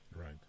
Right